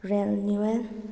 renewal